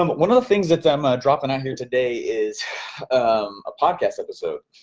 um one of the things that i'm dropping out here today is a podcast episode,